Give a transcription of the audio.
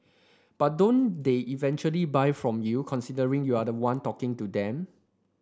but don't they eventually buy from you considering you're the one talking to them